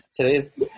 Today's